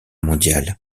mondiale